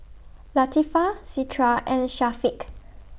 Latifa Citra and Syafiq